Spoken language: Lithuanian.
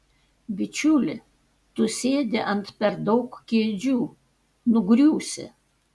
bičiuli tu sėdi ant per daug kėdžių nugriūsi